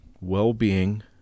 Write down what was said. well-being